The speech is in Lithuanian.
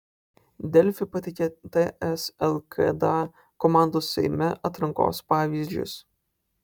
delfi pateikia ts lkd komandos seime atrankos pavyzdžius